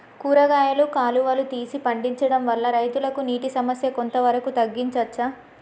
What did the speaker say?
కూరగాయలు కాలువలు తీసి పండించడం వల్ల రైతులకు నీటి సమస్య కొంత వరకు తగ్గించచ్చా?